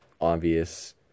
obvious